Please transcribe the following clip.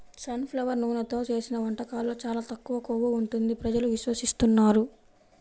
sun flower నూనెతో చేసిన వంటకాల్లో చాలా తక్కువ కొవ్వు ఉంటుంది ప్రజలు విశ్వసిస్తున్నారు